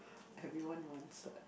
everyone wants that